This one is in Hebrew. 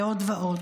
ועוד ועוד.